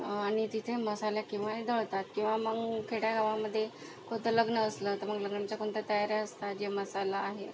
आणि तिथे मसाला किंवा हे दळतात किंवा मग खेड्यागावामध्ये कोणतं लग्न असलं तर मग लग्नाच्या पण तर तयाऱ्या असतात जे मसाला आहे